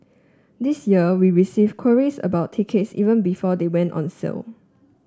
this year we received queries about tickets even before they went on sale